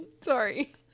sorry